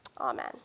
Amen